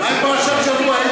מה עם פרשת שבוע,